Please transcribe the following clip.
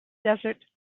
desert